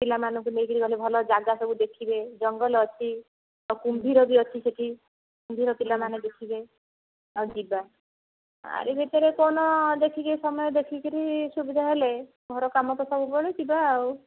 ପିଲାମାନଙ୍କୁ ନେଇକରି ଗଲେ ଭଲ ଜାଗା ସେବୁ ଦେଖିବେ ଜଙ୍ଗଲ ଅଛି ଆଉ କୁମ୍ଭୀରବି ଅଛି ସେଇଠି କୁମ୍ଭୀର ପିଲାମାନେ ଦେଖିବେ ଆଉ ଯିବା ଆରି ଭିତରେ କେଉଁଦିନ ଦେଖିକି ସମୟ ଦେଖିକରି ସୁବିଧା ହେଲେ ଘର କାମ ତ ସବୁବେଳେ ଯିବା ଆଉ